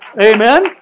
Amen